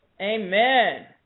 Amen